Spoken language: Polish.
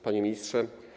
Panie Ministrze!